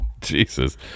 Jesus